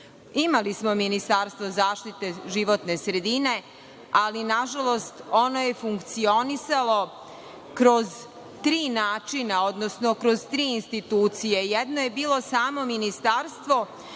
Imali smo Ministarstvo zaštite životne sredine, ali na žalost, ono je funkcionisalo kroz tri načina, odnosno kroz tri institucije. Jedno je bilo samo ministarstvo,